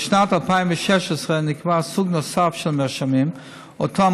בשנת 2016 נקבע סוג נוסף של מרשמים שאותם